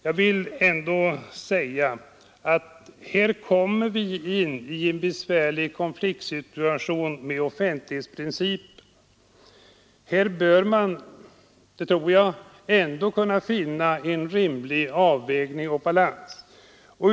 Jag vill ändå säga att vi vid ett realiserande härav kommer i en besvärlig konflikt med offentlighetsprincipen. Här bör man ändå kunna finna en rimlig avvägning och balans.